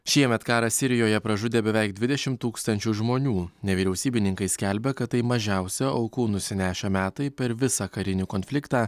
šiemet karas sirijoje pražudė beveik dvidešim tūkstančių žmonių nevyriausybininkai skelbia kad tai mažiausia aukų nusinešę metai per visą karinį konfliktą